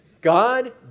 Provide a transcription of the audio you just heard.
God